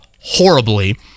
horribly